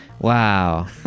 Wow